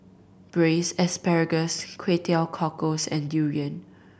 Braised Asparagus Kway Teow Cockles and durian